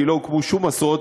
כי לא הוקמו שום עשרות.